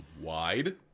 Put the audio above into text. wide